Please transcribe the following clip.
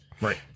Right